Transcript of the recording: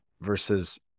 versus